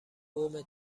قوم